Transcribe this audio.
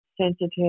sensitive